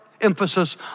emphasis